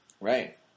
Right